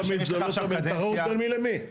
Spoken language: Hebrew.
זה לא תמיד, זה לא תמיד, תלוי בין מי למי.